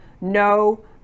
No